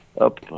up